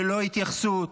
ללא התייחסות.